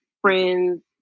friends